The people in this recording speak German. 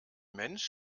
mensch